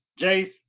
Jace